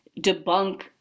debunk